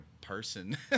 person